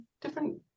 different